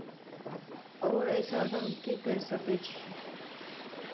आओर एहिसँ आगाँ हम की कहि सकै छी